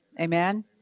Amen